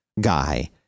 guy